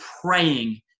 praying